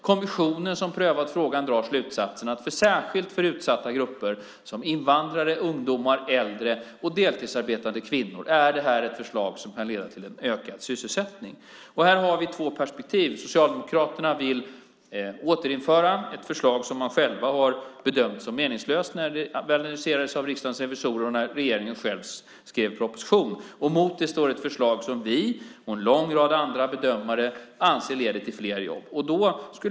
Kommissionen som prövat frågan drar slutsatsen att: Särskilt för utsatta grupper som invandrare, ungdomar, äldre och deltidsarbetande kvinnor är detta ett förslag som kan leda till en ökad sysselsättning. Här har vi två perspektiv. Socialdemokraterna vill återinföra ett förslag som de själva har bedömt som meningslöst när det analyserades av Riksdagens revisorer och regeringen själv skrev proposition. Mot det står ett förslag som vi och en lång rad andra bedömare anser leder till fler jobb.